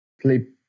sleep